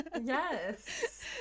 Yes